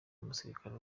umusirikare